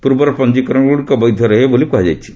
ପୂର୍ବର ପଞ୍ଜୀକରଣଗ୍ରଡ଼ିକ ବୈଧ ରହିବ ବୋଲି କୁହାଯାଇଛି